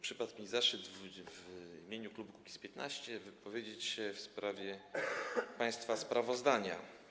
Przypadł mi zaszczyt w imieniu klubu Kukiz’15 wypowiedzieć się w sprawie państwa sprawozdania.